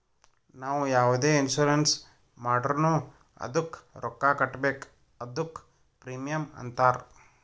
ನಾವು ಯಾವುದೆ ಇನ್ಸೂರೆನ್ಸ್ ಮಾಡುರ್ನು ಅದ್ದುಕ ರೊಕ್ಕಾ ಕಟ್ಬೇಕ್ ಅದ್ದುಕ ಪ್ರೀಮಿಯಂ ಅಂತಾರ್